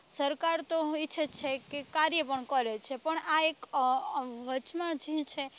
સરકાર તો ઈચ્છે જ છે કે કાર્ય પણ કરે છે પણ આ એક વચમાં જે છે